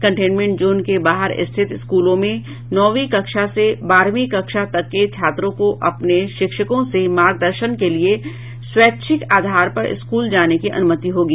containment zone के बारह स्थित स्कूलों में नौवीं कक्षा से बारहवीं कक्षा तक के छात्रों को अपने शिक्षकों से मार्गदर्शन लेने के लिये स्वैच्छिक आधार पर स्कूल जाने की अनुमति होगी